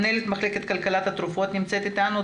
מנהלת מחלקת כלכלת תרופות נמצאת איתנו,